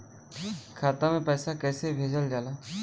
खाता में पैसा कैसे भेजल जाला?